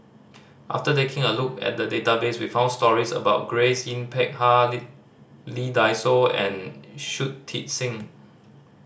after taking a look at the database we found stories about Grace Yin Peck Ha Lee Dai Soh and Shui Tit Sing